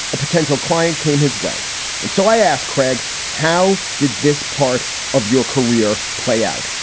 a potential client came his way. and so i asked craig, how did this part of your career play out?